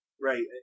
Right